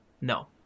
No